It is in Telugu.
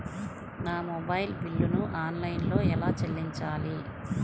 నా మొబైల్ బిల్లును ఆన్లైన్లో ఎలా చెల్లించాలి?